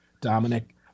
Dominic